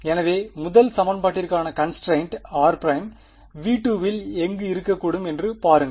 எனவே முதல் சமன்பாட்டிற்கான கன்ஸ்டரைண்ட் r′ V2 இல் எங்கு இருக்கக்கூடும் என்று பாருங்கள்